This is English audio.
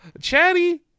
Chatty